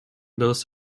those